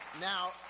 Now